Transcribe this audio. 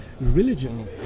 religion